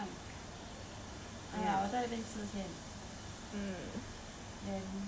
怎么办怎么办 !aiya! 我在这边吃先